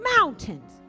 mountains